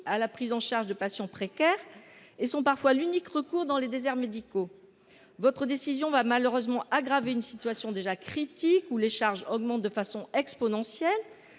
à la prise en charge de patients précaires et sont parfois l’unique recours dans les déserts médicaux. Votre décision aggravera malheureusement une situation déjà critique, puisque les charges augmentent de façon exponentielle,